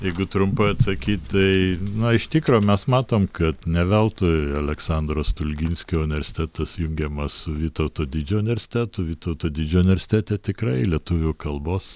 jeigu trumpai atsakyt tai na iš tikro mes matom kad ne veltui aleksandro stulginskio universitetas jungiamas su vytauto didžiojo universitetu vytauto didžiojo universitete tikrai lietuvių kalbos